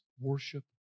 worship